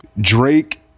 Drake